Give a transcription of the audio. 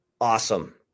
awesome